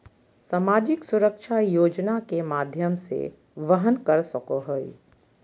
सामाजिक सुरक्षा योजना के माध्यम से वहन कर सको हइ